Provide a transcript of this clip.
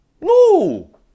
No